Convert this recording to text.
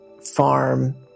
farm